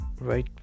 right